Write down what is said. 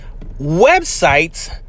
websites